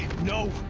no!